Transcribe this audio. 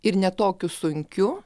ir ne tokiu sunkiu